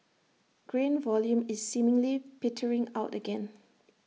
grain volume is seemingly petering out again